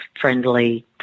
friendly